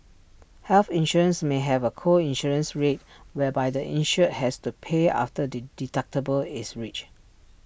health insurance may have A co insurance rate whereby the insured has to pay after the deductible is reached